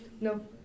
No